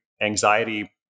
anxiety